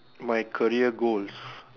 my career goals